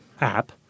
app